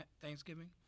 Thanksgiving